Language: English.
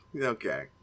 Okay